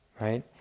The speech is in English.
right